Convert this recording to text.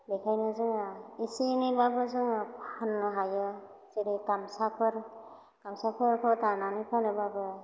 बेखायनो जोङो एसे एनै बाबो जोङो फाननो हायो जेरै गामसाफोर गामसाफोरखौ दानानै फानोबाबो